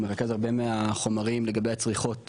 הוא מרכז הרבה מהחומרים לגבי הצריכות